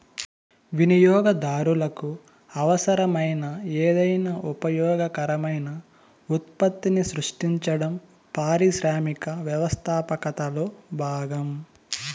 వినియోగదారులకు అవసరమైన ఏదైనా ఉపయోగకరమైన ఉత్పత్తిని సృష్టించడం పారిశ్రామిక వ్యవస్థాపకతలో భాగం